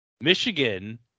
Michigan